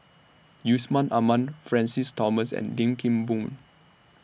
Yusman Aman Francis Thomas and Lim Kim Boon